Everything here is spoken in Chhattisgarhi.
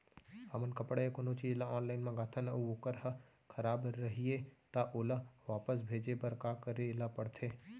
हमन कपड़ा या कोनो चीज ल ऑनलाइन मँगाथन अऊ वोकर ह खराब रहिये ता ओला वापस भेजे बर का करे ल पढ़थे?